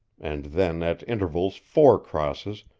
and then at intervals four crosses,